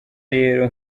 rero